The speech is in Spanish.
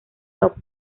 top